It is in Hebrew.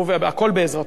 הכול בעזרתו.